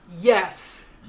yes